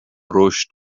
رشد